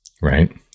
right